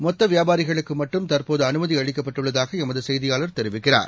மொத்தவியாபாரிகளுக்குமட்டும் தற்போதுஅனுமதிஅளிக்கப்பட்டுள்ளதாகஎமதுசெய்தியாளர் தெரிவிக்கிறார்